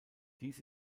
dies